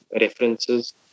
references